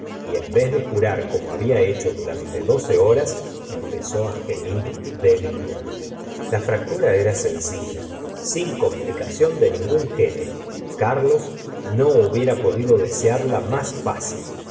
y en vez de jurar como había hecho durante doce horas empezó gemir débilmente la fractura era sencilla sin complicación de ningún género carlos no hubiera podido desearla más fácil